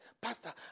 Pastor